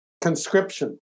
conscription